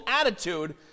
attitude